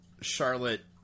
Charlotte